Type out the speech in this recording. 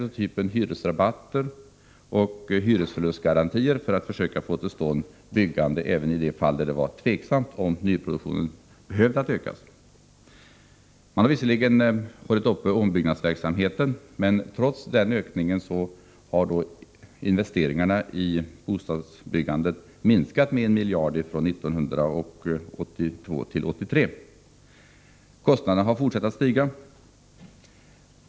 Man har t.ex. infört hyresrabatter och hyresförlustgarantier för att försöka få till stånd ett byggande även i de fall då det varit osäkert om nyproduktionen behövt ökas eller inte. Visserligen har man hållit i gång ombyggnadsverksamheten. Men trots en ökning på detta område har investeringarna i bostadsbyggandet minskat med 1 miljard kronor från 1982 och fram till 1983. Kostnaderna har fortsatt att stiga.